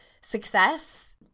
Success